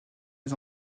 les